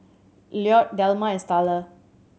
Lloyd Delma and Starla